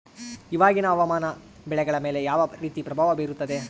ಇವಾಗಿನ ಹವಾಮಾನ ಬೆಳೆಗಳ ಮೇಲೆ ಯಾವ ರೇತಿ ಪ್ರಭಾವ ಬೇರುತ್ತದೆ?